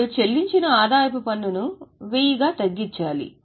ఇప్పుడు చెల్లించిన ఆదాయపు పన్నును 1000 గా తగ్గించాలి